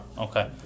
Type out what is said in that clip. Okay